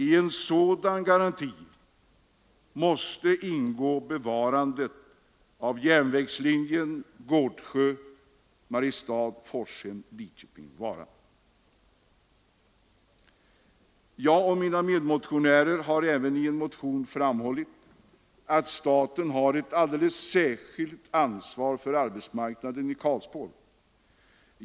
I en sådan garanti måste ingå bevarande av järnvägslinjen Gårdsjö— Mariestad—Forshem—Lidköping—Vara. Jag och mina medmotionärer har även i en motion framhållit att staten har ett alldeles särskilt ansvar för arbetsmarknaden i Karlsborg.